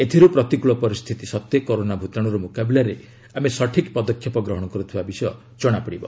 ଏଥିରୁ ପ୍ରତିକୂଳ ପରିସ୍ଥିତି ସତ୍ତ୍ୱେ କରୋନା ଭୂତାଣୁର ମୁକାବିଲାରେ ଆମେ ସଠିକ୍ ପଦକ୍ଷେପ ଗ୍ରହଣ କର୍ତ୍ରିବା ବିଷୟ ଜଣାପଡ଼ିବ